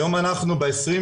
היום אנחנו ב-23